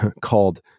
called